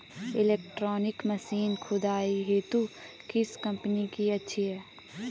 Electronic machine खुदाई हेतु किस कंपनी की अच्छी है?